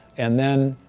and then,